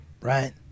right